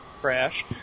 Crash